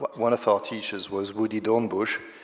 but one of our teachers was woody dornbush.